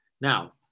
Now